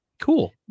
Cool